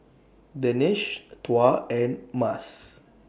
Danish Tuah and Mas